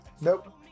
Nope